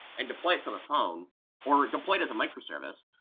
and deploy it to the phone or deploy it as a microservice,